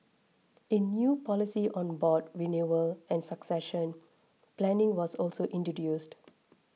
a new policy on board renewal and succession planning was also introduced